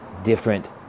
different